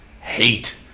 hate